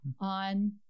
on